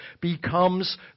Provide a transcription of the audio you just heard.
becomes